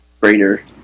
greater